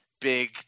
big